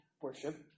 worship